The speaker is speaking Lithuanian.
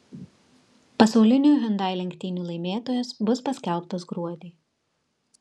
pasaulinių hyundai lenktynių laimėtojas bus paskelbtas gruodį